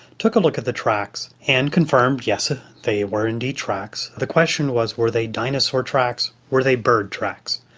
took a look at the tracks and confirmed, yes, ah they were indeed tracks. the question was were they dinosaur tracks, were they bird tracks?